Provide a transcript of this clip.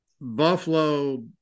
Buffalo